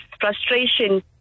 frustration